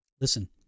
Listen